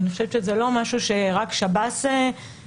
ואני חושבת שזה לא משהו שרק שב"ס מכיר,